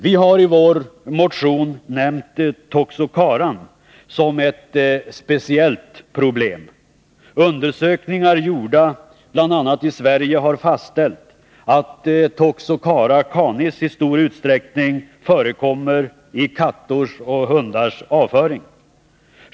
Vi har i vår motion nämnt toxocaran som ett speciellt problem. Undersökningar gjorda bl.a. i Sverige har fastställt att toxocara canis i stor utsträckning förekommer i katters och hundars avföring.